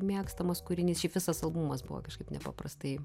mėgstamas kūrinys šiaip visas albumas buvo kažkaip nepaprastai